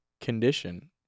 condition